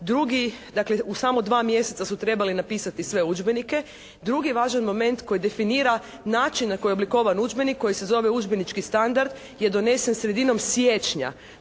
u samo dva mjeseca su trebali napisati sve udžbenike. Drugi važan moment koji definira način na koji je oblikovan udžbenik koji se zove udžbenički standard je donesen sredinom siječnja,